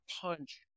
punch